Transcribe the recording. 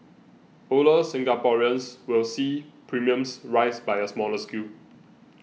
older Singaporeans will see premiums rise by a smaller scale